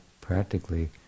practically